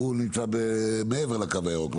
הוא נמצא מעבר לקו הירוק,